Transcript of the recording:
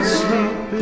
sleep